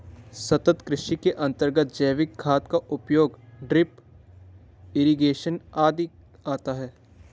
सतत् कृषि के अंतर्गत जैविक खाद का उपयोग, ड्रिप इरिगेशन आदि आता है